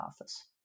office